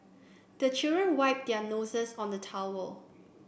the children wipe their noses on the towel